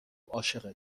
عاشق